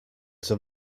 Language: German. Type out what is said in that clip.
zur